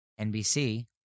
NBC